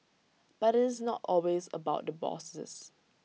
but IT is not always about the bosses